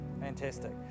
Fantastic